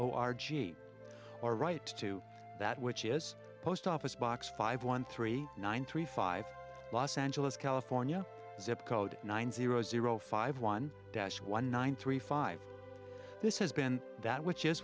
o r g or right to that which is post office box five one three nine three five los angeles california zip code nine zero zero five one dash one nine three five this has been that which is